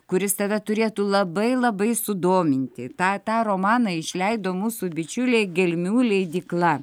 kuris tave turėtų labai labai sudominti tą tą romaną išleido mūsų bičiuliai gelmių leidykla